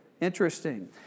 Interesting